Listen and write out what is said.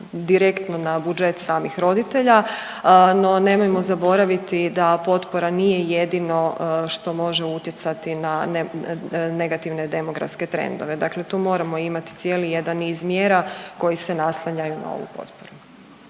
direktno na budžet samih roditelja no nemojmo zaboraviti da potpora nije jedino što može utjecati na negativne demografske trendove. Dakle, tu moramo imati cijeli jedan niz mjera koji se nastavljaju na ovu potporu.